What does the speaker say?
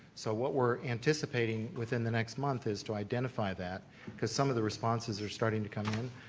so what we're anticipating within the next month is to identify that cause some of the responses are starting to come in.